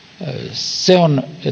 se on